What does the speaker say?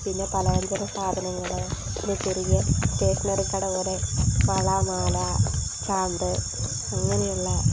പിന്നെ പലവ്യഞ്ജന സാധനങ്ങൾ പിന്നെ ചെറിയ സ്റ്റേഷനറി കടപോലെ വള മാല ചാന്ത് അങ്ങനെയുള്ള